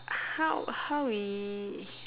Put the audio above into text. how how we